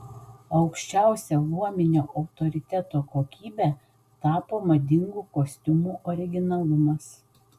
aukščiausia luominio autoriteto kokybe tapo madingų kostiumų originalumas